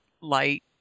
light